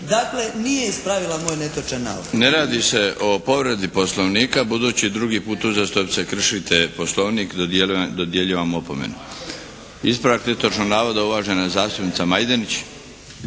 Dakle nije ispravila moj netočan navod. **Milinović, Darko (HDZ)** Ne radi se o povredi Poslovnika, budući drugi put uzastopce kršite Poslovnik, dodjeljujem vam opomenu. Ispravak netočnog navoda, uvažena zastupnica Majdenić.